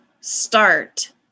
start